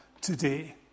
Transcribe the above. today